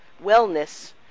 wellness